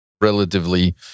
relatively